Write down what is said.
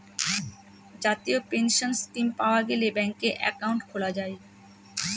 জাতীয় pension scheme পাওয়া গেলে ব্যাঙ্কে একাউন্ট খোলা যায়